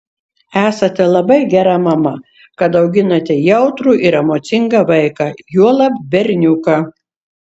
esate labai gera mama kad auginate jautrų ir emocingą vaiką juolab berniuką